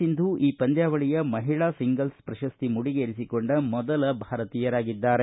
ಸಿಂಧು ಈ ಪಂದ್ಯಾವಳಿಯ ಮಹಿಳಾ ಸಿಂಗಲ್ಸ್ ಪ್ರಶಸ್ತಿ ಮುಡಿಗೇರಿಸಿಕೊಂಡ ಮೊದಲ ಭಾರತೀಯರಾಗಿದ್ದಾರೆ